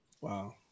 Wow